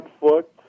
foot